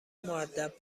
مودب